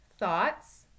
thoughts